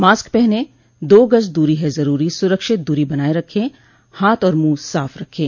mask पहनें दो गज़ दूरी है ज़रूरी सुरक्षित दूरी बनाए रखें हाथ और मुंह साफ़ रखें